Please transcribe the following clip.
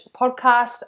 podcast